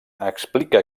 explica